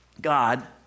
God